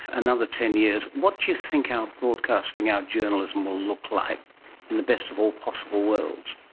another ten years, what do you think our broadcasting, our journalism will look like in the best of all possible worlds?